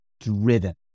driven